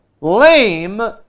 lame